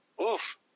Oof